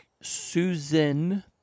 Susan